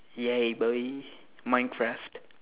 yeah boy minecraft